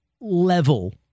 level